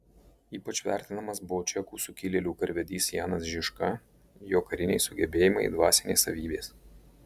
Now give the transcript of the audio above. ypač vertinamas buvo čekų sukilėlių karvedys janas žižka jo kariniai sugebėjimai dvasinės savybės